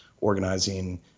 organizing